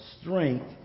Strength